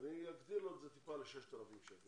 ואני אגדיל לו את זה במעט, ל-6,000 שקלים.